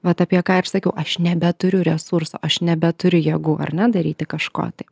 vat apie ką ir sakiau aš nebeturiu resurso aš nebeturiu jėgų ar ne daryti kažko tai